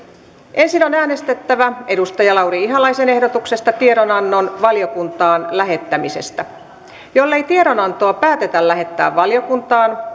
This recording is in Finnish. ensin on äänestettävä lauri ihalaisen ehdotuksesta tiedonannon valiokuntaan lähettämisestä jollei tiedonantoa päätetä lähettää valiokuntaan